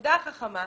התעודה החכמה,